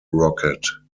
rocket